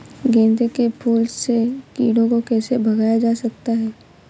गेंदे के फूल से कीड़ों को कैसे भगाया जा सकता है?